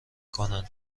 کنن